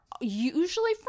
usually